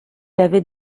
avait